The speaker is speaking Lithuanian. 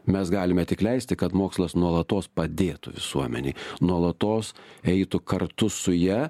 mes galime tik leisti kad mokslas nuolatos padėtų visuomenei nuolatos eitų kartu su ja